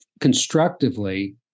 constructively